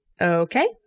Okay